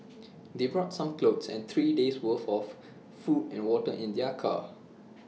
they brought some clothes and three days' worth of food and water in their car